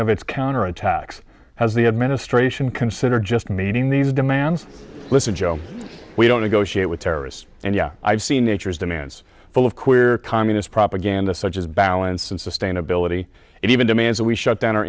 of its counterattacks as the administration consider just meeting these demands listen joe we don't negotiate with terrorists and yeah i've seen nature's demands full of queer communist propaganda such as balance and sustainability and even demands that we shut down o